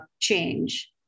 change